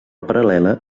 paral·lela